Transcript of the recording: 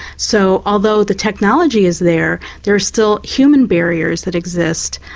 so although the technology is there, there are still human barriers that exist.